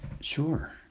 sure